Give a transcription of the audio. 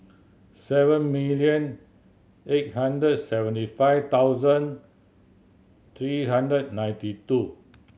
seven million eight hundred seventy five thousand three hundred ninety two